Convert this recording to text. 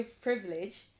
privilege